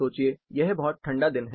सोचिए यह बहुत ठंडा दिन है